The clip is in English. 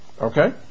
Okay